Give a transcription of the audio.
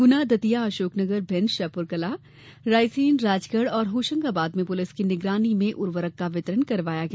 गुना दतिया अशोकनगर भिण्ड श्योपुरकलां रायसेन राजगढ एवं होशंगाबाद में पुलिस की निगरानी में उर्वरक का वितरण करवाया गया